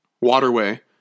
waterway